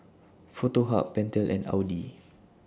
Foto Hub Pentel and Audi